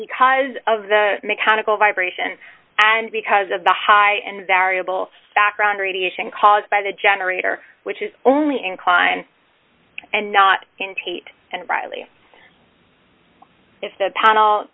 because of the mechanical vibration and because of the high and variable background radiation caused by the generator which is only incline and not in tate and riley if th